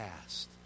past